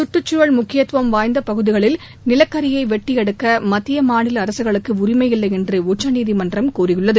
சுற்றுச்சூழல் முக்கியத்துவம் வாய்ந்த பகுதிகளில் நிலக்கரியை வெட்டியெடுக்க மத்திய மாநில அரசுகளுக்கு உரிமையில்லை என்று உச்சநீதிமன்றம் கூறியுள்ளது